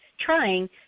trying